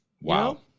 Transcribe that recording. Wow